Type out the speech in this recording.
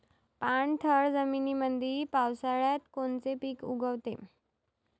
पाणथळ जमीनीमंदी पावसाळ्यात कोनचे पिक उगवते?